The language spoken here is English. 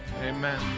Amen